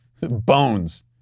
bones